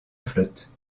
flotte